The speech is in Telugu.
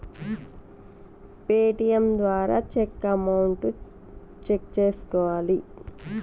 యూ.పీ.ఐ పేమెంట్ ఉన్నప్పుడు దాన్ని ఎలా ఆన్ చేయాలి? చేసిన తర్వాత దాన్ని ఎలా చెక్ చేయాలి అమౌంట్?